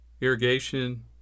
irrigation